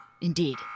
Indeed